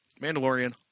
Mandalorian